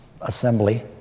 Assembly